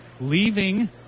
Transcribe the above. leaving